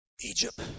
Egypt